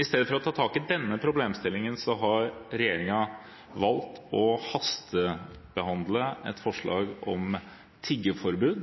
I stedet for å ta tak i denne problemstillingen, har regjeringen valgt å hastebehandle et forslag om tiggeforbud